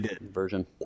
version